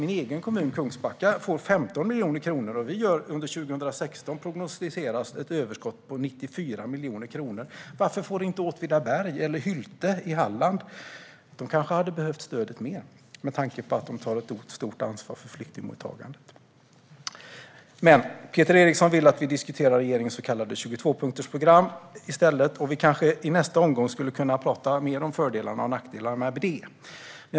Min egen kommun Kungsbacka får 15 miljoner och har under 2016 ett prognostiserat överskott på 94 miljoner kronor. Varför får inte Åtvidaberg eller Hylte i Halland detta stöd? De kanske hade behövt det mer med tanke på att de tar ett stort ansvar för flyktingmottagandet. Peter Eriksson vill att vi diskuterar regeringens så kallade 22-punktsprogram i stället. Vi kanske i nästa omgång skulle kunna tala mer om fördelarna och nackdelarna med det.